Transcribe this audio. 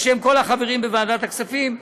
בשם כל החברים בוועדת הכספים,